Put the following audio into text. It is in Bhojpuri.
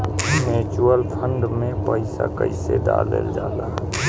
म्यूचुअल फंड मे पईसा कइसे डालल जाला?